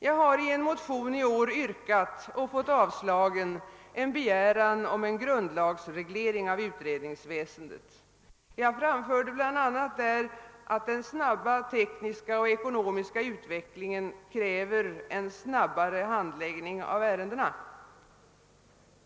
Jag har i en motion i år yrkat och fått avslag på en begäran om en grundlagsreglering av utredningsväsendet — jag framförde bl.a. att den hastiga tekniska och ekonomiska utvecklingen kräver en snabbare handläggning av ärendena.